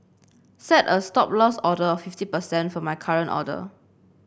set a Stop Loss order of fifty percent for my current order